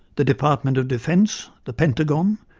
the department of defence, the pentagon,